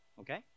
okay